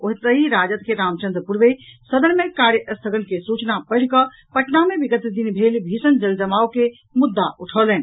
ओतहि राजद के रामचंद्र पूर्वे सदन मे कार्य स्थगन के सूचना पढिकऽ पटना मे बिगत दिन भेल भीषण जलजमाव के मुद्दा उठौलनि